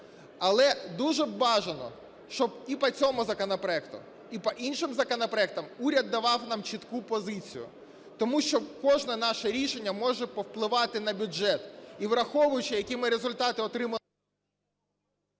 Але дуже бажано б, щоб і по цьому законопроекту, і по інших законопроектах уряд давав нам чітку позицію, тому що кожне наше рішення може повпливати на бюджет.